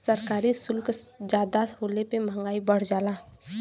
सरकारी सुल्क जादा होले पे मंहगाई बढ़ जाला